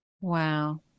wow